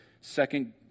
second